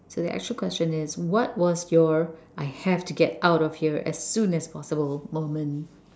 so the actual question is what was your I have to get out of here as soon as possible moment